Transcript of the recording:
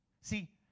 See